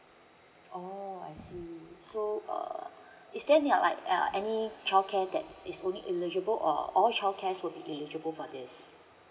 oh I see so err is there any uh like uh any childcare that is only eligible or all childcare will be eligible for this